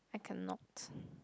I cannot